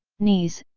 knees,